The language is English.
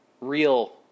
real